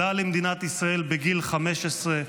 עלה למדינת ישראל בגיל 15,